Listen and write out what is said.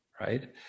right